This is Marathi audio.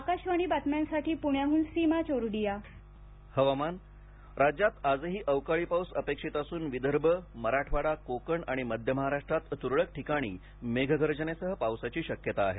आकाश्वाणीच्या बातम्यांसाठी सीमा चोरडिया पुणे हवामान राज्यात आजही अवकाळी पाऊस अपेक्षित असून विदर्भ मराठवाडा कोकण आणि मध्य महाराष्ट्रात तुरळक ठिकाणी मेघगर्जनेसह पावसाची शक्यता आहे